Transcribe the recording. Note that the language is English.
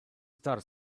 star